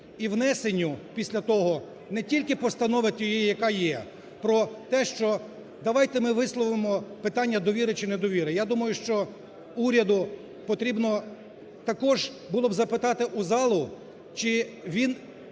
і внесенню після того не тільки постанови тієї, яка є, про те, що давайте ми висловимо питання довіри чи недовіри. Я думаю, що уряду потрібно також було б запитати у залу, чи він